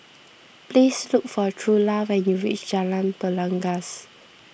please look for Trula when you reach Jalan Belangkas